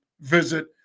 visit